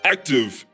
Active